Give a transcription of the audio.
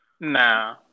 Nah